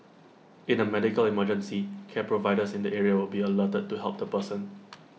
in A medical emergency care providers in the area would be alerted to help the person